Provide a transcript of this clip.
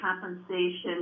compensation